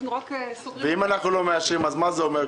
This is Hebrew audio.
אם אנחנו לא מאשרים, מה זה אומר?